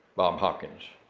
bob hopkins,